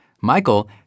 Michael